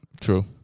True